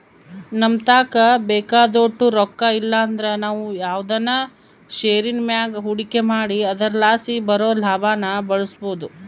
ನಮತಾಕ ಬೇಕಾದೋಟು ರೊಕ್ಕ ಇಲ್ಲಂದ್ರ ನಾವು ಯಾವ್ದನ ಷೇರಿನ್ ಮ್ಯಾಗ ಹೂಡಿಕೆ ಮಾಡಿ ಅದರಲಾಸಿ ಬರೋ ಲಾಭಾನ ಬಳಸ್ಬೋದು